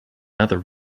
other